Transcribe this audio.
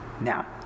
Now